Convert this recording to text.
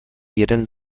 jeden